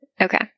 Okay